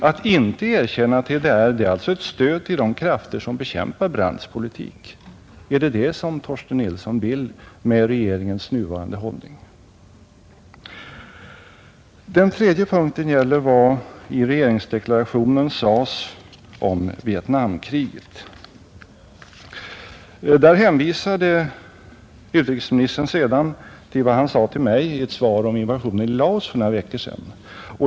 Att inte erkänna TDR är alltså ett stöd till de krafter som bekämpar Brandts politik. Är det detta som Torsten Nilsson vill med regeringens nuvarande hållning? Den tredje punkten gäller vad som i regeringsdeklarationen sades om Vietnamkriget. Därvidlag hänvisade utrikesministern till vad han sade till mig i ett svar om invasionen i Laos för några veckor sedan.